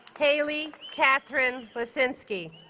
haley kathryn lescinsky